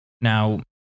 Now